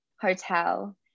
hotel